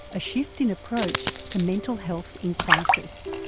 a shift in approach to mental health in crisis.